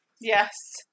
Yes